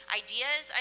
ideas